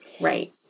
Right